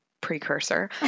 Precursor